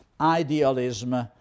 idealism